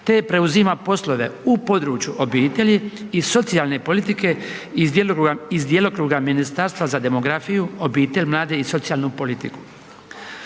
te preuzima poslove u području obitelji i socijalne politike iz djelokruga Ministarstva za demografiju, obitelj, mlade i socijalnu politiku.